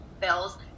bills